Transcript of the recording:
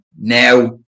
Now